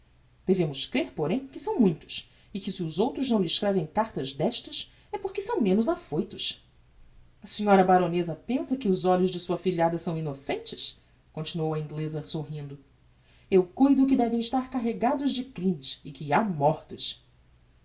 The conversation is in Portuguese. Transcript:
devemos crer porém que são muitos e que se os outros não lhe escrevem cartas destas é por que são menos affoutos a sra baroneza pensa que os olhos de sua afilhada são innocentes continuou a ingleza sorrindo eu cuido que devem estar carregados de crimes e que ha mortos